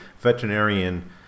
veterinarian